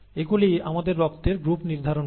এগুলি আমাদের রক্তের গ্রুপ নির্ধারণ করে